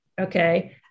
Okay